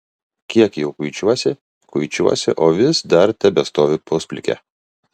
kiek jau kuičiuosi kuičiuosi o vis dar tebestoviu pusplikė